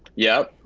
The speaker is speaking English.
yeah.